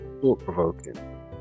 thought-provoking